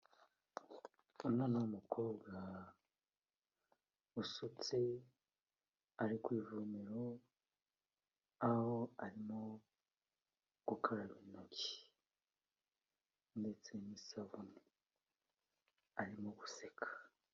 Umwana w'umukobwa usutse, ari ku ivomero, aho arimo gukaraba intoki, ndetse n'isabuni arimo guseka.